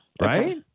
Right